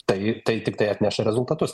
tai tai tiktai atneša rezultatus